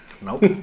Nope